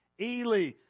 Eli